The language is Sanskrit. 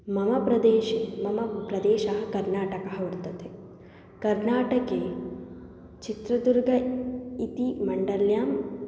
मम प्रदेशे मम प्रदेशः कर्नाटकः वर्तते कर्नाटके चित्रदुर्ग इति मण्डले